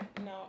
No